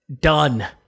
Done